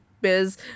biz